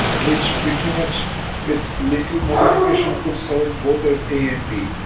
which pretty much with little modification could serve both as a and b.